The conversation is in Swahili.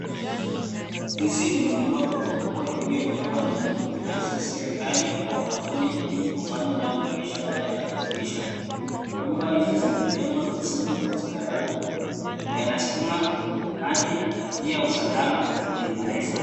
Hizi ni manyumba kubwa kubwa iliyo jengwa na mtu mtu binafsi, serikali au kampuni ili kufanya nayo biashara ya kukodisha. Nyumba hizi zimejengwa vizuri kwa ustarabu mno. Yana stima, maji na pia usalama umeimarishwa.